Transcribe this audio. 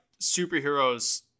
superheroes